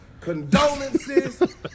condolences